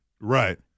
Right